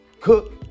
cook